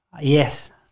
Yes